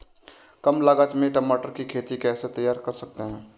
कम लागत में टमाटर की खेती कैसे तैयार कर सकते हैं?